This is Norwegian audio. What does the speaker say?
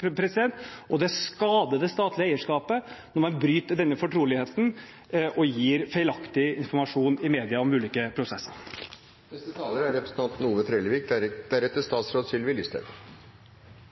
Det skader det statlige eierskapet når man bryter denne fortroligheten og gir feilaktig informasjon i media om ulike prosesser. Eg synest det er